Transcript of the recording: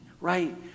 right